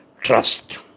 trust